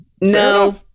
no